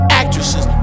actresses